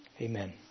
Amen